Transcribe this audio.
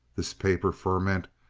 this paper ferment,